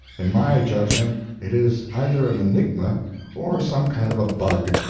in my judgment it is either an enigma or some kind of a bug.